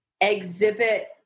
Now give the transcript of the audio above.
exhibit